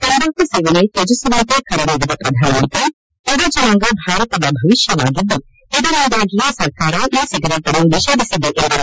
ತಂಬಾಕು ಸೇವನೆ ತ್ಯಜಿಸುವಂತೆ ಕರೆ ನೀಡಿದ ಪ್ರಧಾನಮಂತ್ರಿ ಯುವಜನಾಂಗ ಭಾರತದ ಭವಿಷ್ಯವಾಗಿದ್ದು ಇದರಿಂದಾಗಿಯೇ ಸರ್ಕಾರ ಇ ಸಿಗರೇಟ್ಅನ್ನು ನಿಷೇಧಿಸಿದೆ ಎಂದರು